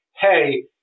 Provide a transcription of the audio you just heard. hey